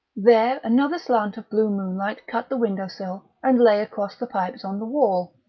there, another slant of blue moonlight cut the windowsill and lay across the pipes on the wall.